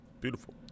beautiful